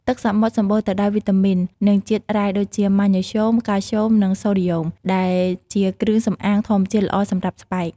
ទឹកសមុទ្រសម្បូរទៅដោយវីតាមីន និងជាតិរ៉ែដូចជា ម៉ាញ៉េស្យូម កាល់ស្យូម និងសូដ្យូម ដែលជាគ្រឿងសម្អាងធម្មជាតិល្អសម្រាប់ស្បែក។